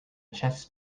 chess